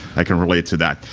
i can relate to that.